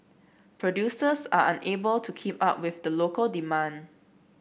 producers are unable to keep up with the local demand